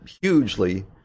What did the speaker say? hugely